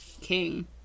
king